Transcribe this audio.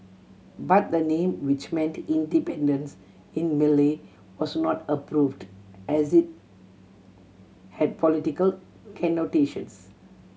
but the name which meant independence in Malay was not approved as it had political connotations